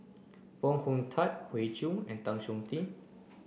Foo Hong Tatt Hoey Choo and Tan Chong Tee